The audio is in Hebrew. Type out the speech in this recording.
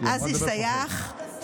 עזי סיאח.